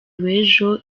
wejo